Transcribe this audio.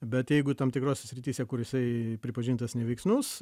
bet jeigu tam tikrose srityse kur jisai pripažintas neveiksnus